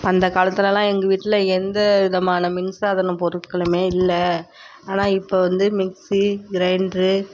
அந்த காலத்திலெலாம் எங்கள் வீட்டில் எந்த விதமான மின்சாதன பொருட்களுமே இல்ல ஆனால் இப்போ வந்து மிக்சி கிரைண்ட்ரு